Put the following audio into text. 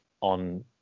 on